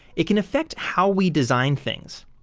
it can affect how we design things.